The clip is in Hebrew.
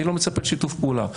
אני לא מצפה לשיתוף פעולה.